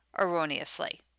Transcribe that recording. erroneously